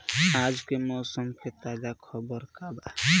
आज के मौसम के ताजा खबर का बा?